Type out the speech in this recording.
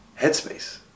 headspace